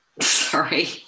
Sorry